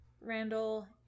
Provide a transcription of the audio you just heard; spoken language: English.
Randall